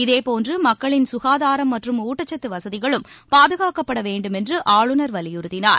இதேபோன்று மக்களின் சுகாதாரம் மற்றும் ஊட்டச்சத்து வசதிகளும் பாதுகாக்கப்பட வேண்டுமென்று ஆளுநர் வலியுறுத்தினார்